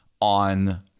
on